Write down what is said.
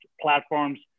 platforms